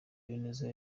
habineza